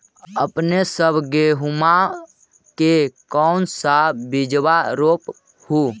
अपने सब गेहुमा के कौन सा बिजबा रोप हू?